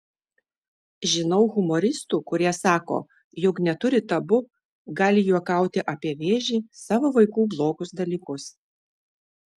žinau humoristų kurie sako jog neturi tabu gali juokauti apie vėžį savo vaikų blogus dalykus